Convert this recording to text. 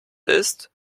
ist